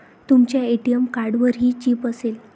तुमच्या ए.टी.एम कार्डवरही चिप असेल